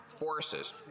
Forces